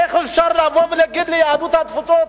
איך אפשר לבוא ולהגיד ליהדות התפוצות,